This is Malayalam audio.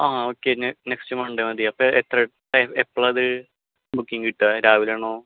ആ ഓക്കെ നെ നെക്സ്റ്റ് മൺഡേ മതി എത്ര എത്രയാണ് ടൈം എപ്പോൾ ആണ് അത് ബുക്കിങ്ങ് കിട്ടുക രാവിലെ ആണോ